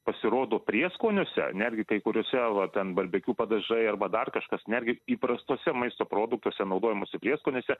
pasirodo prieskoniuose netgi kai kuriuose va ten barbėkiu padažai arba dar kažkas netgi įprastuose maisto produktuose naudojamuose prieskoniuose